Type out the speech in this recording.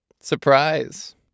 Surprise